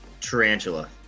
tarantula